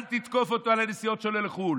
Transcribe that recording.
אל תתקוף אותו על הנסיעות שלו לחו"ל.